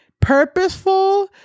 purposeful